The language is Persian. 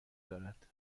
دارد